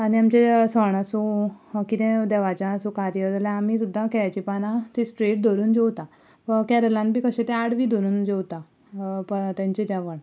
आनी आमचे सण आसूं वा कितें देवाचें आसूं कार्य जाल्यार आमी सुद्दां केळ्याची पानां तीं स्ट्रेट धरून जेवता केरळांत बी कशे ते आडवी धरून जेवता तेंचें जेवण